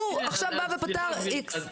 הוא עכשיו פתר איקס.